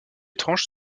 étranges